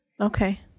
Okay